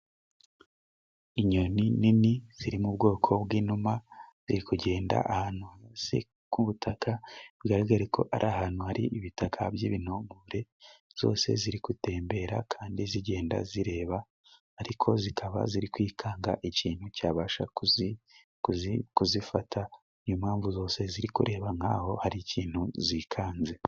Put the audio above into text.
Inyoni nini ziri mu bwoko bw'Inuma ziri kugenda ahantu k'ubutaka bigaragara ko ari ahantu hari ibitaka by'ibintongore zose ziri gutembera kandi zigenda zireba ariko zikaba ziri kwikanga ikintu cyabasha ku kuzifata ,impamvu zose ziri kureba nk'aho ari ikintu zikanze.